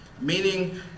Meaning